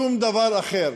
שום דבר אחר.